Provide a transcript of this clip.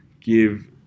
give